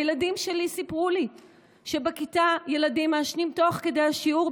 הילדים שלי סיפרו לי שבכיתה ילדים מעשנים תוך כדי השיעור,